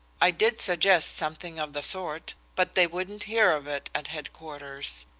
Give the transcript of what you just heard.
i did suggest something of the sort, but they wouldn't hear of it at headquarters.